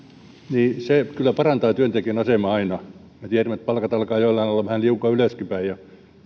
kyllä parantaa työntekijän asemaa aina me tiedämme että palkat alkavat joillain olla hiukan ylöskinpäin jo ja